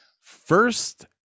First